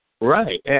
Right